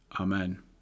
amen